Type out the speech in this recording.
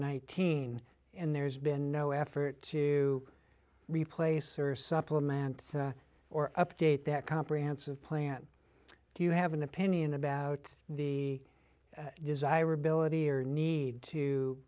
nineteen and there's been no effort to replace or supplement or update that comprehensive plan do you have an opinion about the desirability or need to